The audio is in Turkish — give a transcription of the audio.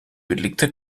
birlikte